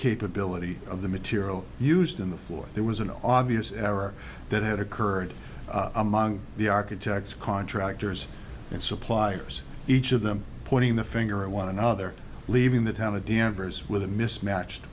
capability of the material used in the floor there was an obvious error that had occurred among the architects contractors and supplier's each of them pointing the finger at one another leaving the town a danvers with a mismatched